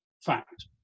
Fact